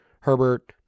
Herbert